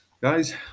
Guys